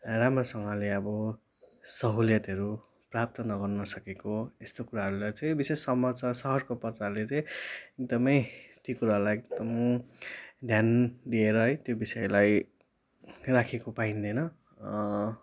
राम्रोसँगले अब सहुलियतहरू प्राप्त नगर्न सकेको यस्तो कुराहरूलाई विशेष समाचार सहरको पत्रले चाहिँ एकदमै ती कुराहरूलाई एकदम ध्यान दिएर है त्यो विषयलाई राखेको पाइन्दैन